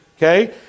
Okay